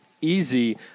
easy –